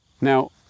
Now